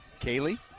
Kaylee